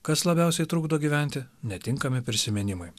kas labiausiai trukdo gyventi netinkami prisiminimai